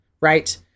right